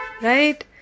right